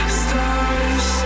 stars